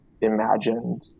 imagined